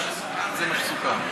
מה שסוכם זה מה שסוכם.